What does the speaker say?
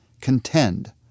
Contend